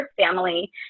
family